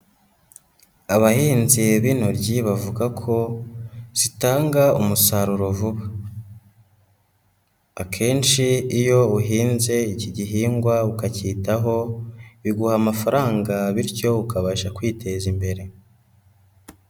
Abahinzi b'intoryi bavuga ko zitanga umusaruro vuba, akenshi iyo uhinze iki gihingwa ukacyitaho biguha amafaranga bityo ukabasha kwiteza imbere.